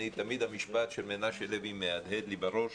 תמיד המשפט של מנשה לוי מהדהד לי בראש